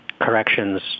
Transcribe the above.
Corrections